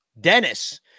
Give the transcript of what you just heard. dennis